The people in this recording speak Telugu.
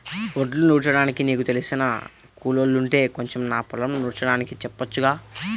వడ్లు నూర్చడానికి నీకు తెలిసిన కూలోల్లుంటే కొంచెం నా పొలం నూర్చడానికి చెప్పొచ్చుగా